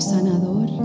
Sanador